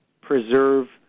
preserve